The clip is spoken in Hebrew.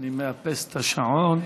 אני מאפס את השעון.